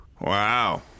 Wow